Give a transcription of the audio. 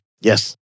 Yes